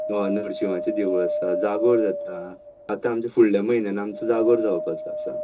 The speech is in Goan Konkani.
नरशिंवाचें देवूळ आसा जागोर जाता आतां आमच्या फुडल्या म्हयन्याय आमचो जागोर जावपाचो आसा